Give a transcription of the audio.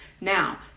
Now